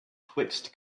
twixt